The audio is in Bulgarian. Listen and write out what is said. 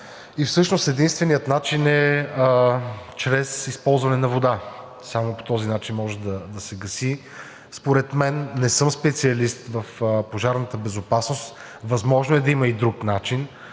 и всъщност единственият начин е чрез използване на вода. Само по този начин може да се гаси. Не съм специалист в пожарната безопасност, възможно е да има и друг начин,